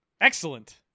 Excellent